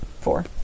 Four